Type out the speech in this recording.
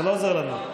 זה לא עוזר לנו.